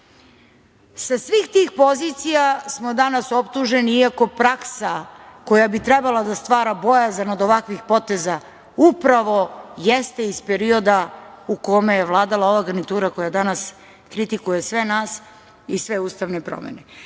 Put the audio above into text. sa svih tih pozicija smo danas optuženi, iako praksa, koja bi trebala da stvara bojazan od ovakvih poteza, upravo jeste iz perioda u kome je vladala ova garnitura koja danas kritikuje sve nas i sve ustavne promene. Nema